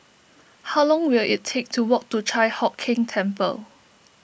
how long will it take to walk to Chi Hock Keng Temple